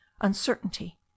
uncertainty